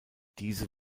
diese